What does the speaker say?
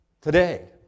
Today